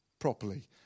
Properly